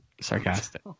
sarcastic